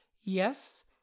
Yes